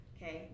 Okay